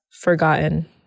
forgotten